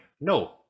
No